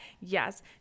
Yes